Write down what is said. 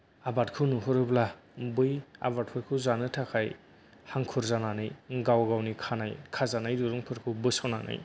आबादखौ नुहरोब्ला बै आबादफोरखौ जानो थाखाय हांखुर जानानै गाव गावनि खानाय खाजानाय दिरुंफोरखौ बोस'नानै